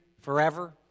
forever